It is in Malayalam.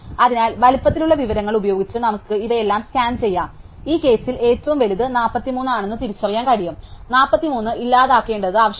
അതിനാൽ വലിപ്പത്തിലുള്ള വിവരങ്ങൾ ഉപയോഗിച്ച് നമുക്ക് ഇവയെല്ലാം സ്കാൻ ചെയ്യാനും ഈ കേസിൽ ഏറ്റവും വലുത് 43 ആണെന്ന് തിരിച്ചറിയാനും കഴിയും 43 ഇല്ലാതാക്കേണ്ടത് ആവശ്യമാണ്